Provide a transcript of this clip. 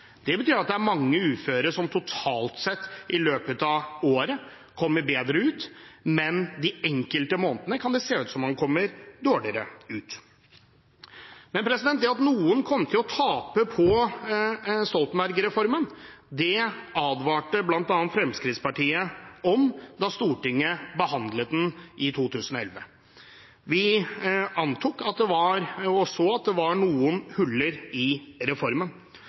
Det betyr at det er mange uføre som i løpet av året totalt sett kommer bedre ut, men i de enkelte månedene kan det se ut som om de kommer dårligere ut. Det at noen kom til å tape på Stoltenberg-reformen, advarte bl.a. Fremskrittspartiet om da Stortinget behandlet den i 2011. Vi antok – og så – at det var noen huller i reformen.